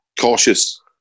cautious